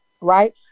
right